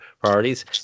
priorities